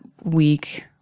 week